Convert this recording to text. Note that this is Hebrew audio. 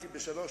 קרה?